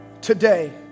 Today